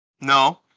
No